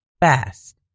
fast